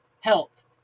health